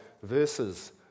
verses